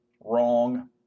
Wrong